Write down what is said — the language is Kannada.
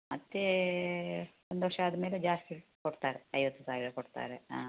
ಮತ್ತೆ ಒಂದು ವರ್ಷ ಆದಮೇಲೆ ಜಾಸ್ತಿ ಕೊಡ್ತಾರೆ ಐವತ್ತು ಸಾವಿರ ಕೊಡ್ತಾರೆ ಹಾಂ